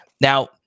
Now